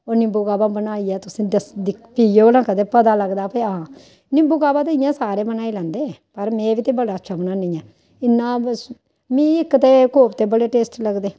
होर नीम्बू काह्वा बनाइयै तुसें गी दस्स दि पीओ ना कदें पता लगा भाई आं नीम्बू काह्वा ते इ'यां सारे बनाई लैंदे पर में बी ते बड़ा अच्छा बनान्नी ऐं इन्ना बस मी इक ते कोप्ते बड़े टेस्ट लगदे